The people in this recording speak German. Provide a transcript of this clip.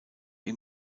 ihm